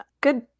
Good